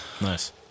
Nice